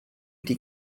die